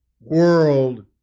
world